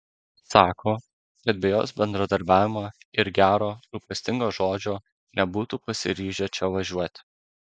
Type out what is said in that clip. sako kad be jos bendradarbiavimo ir gero rūpestingo žodžio nebūtų pasiryžę čia važiuoti